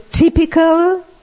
typical